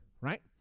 right